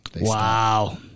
Wow